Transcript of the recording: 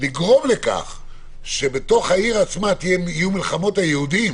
לגרום לכך שבתוך העיר עצמה יהיו מלחמות היהודים